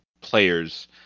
players